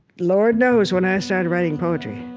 lord knows when i started writing poetry,